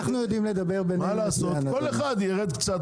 מה לעשות, כל אחד יירד קצת